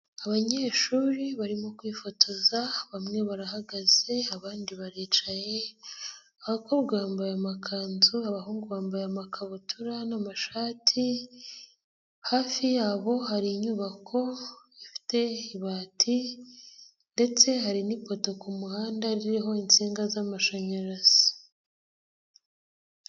Abanyeshuri barimo kwifotoza, bamwe barahagaze, abandi baricaye, abakobwa bambaye amakanzu, abahungu bambaye amakabutura n'amashati, hafi yabo hari inyubako, ifite amabati ndetse hari n'ipoto ku muhanda ririho insinga z'amashanyarazi.